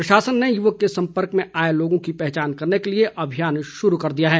प्रशासन ने युवक के सम्पर्क में आए लोगों की पहचान करने के लिए अभियान शुरू कर दिया है